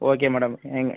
okay madam நீங்கள்